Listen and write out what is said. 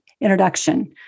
introduction